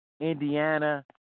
Indiana